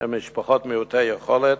שהם ממשפחות מעוטות יכולות,